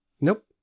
Nope